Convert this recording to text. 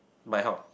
like how